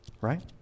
right